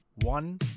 one